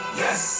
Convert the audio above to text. yes